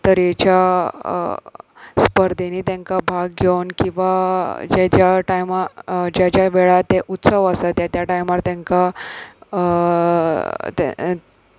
तरेच्या स्पर्धेनी तांकाां भाग घेवन किंवां जे ज्या टायमा ज्या ज्या वेळार ते उत्सव आसा त्या त्या टायमार तांकां